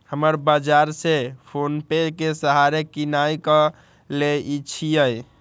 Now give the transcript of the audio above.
हम बजारो से फोनेपे के सहारे किनाई क लेईछियइ